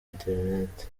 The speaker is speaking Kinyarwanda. internet